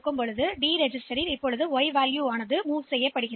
எனவே இப்போது டி பதிவேட்டில் y மதிப்பு உள்ளது அது இங்கே நகர்த்தப்படும்